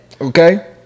okay